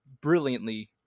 brilliantly